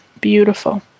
beautiful